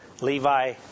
Levi